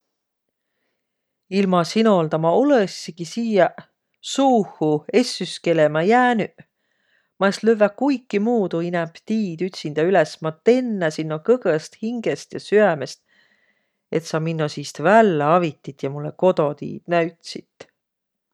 Ilma sinolda ma olõssigi siiäq suuhu essüskelemä jäänüq. Ma es lövväq kuikimuudu inämb tiid ütsindä üles. Ma tennä sinno kõgõst hingest ja süämest, et sa minno siist vällä avitit ja mullõ kodotiid näütsit!